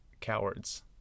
cowards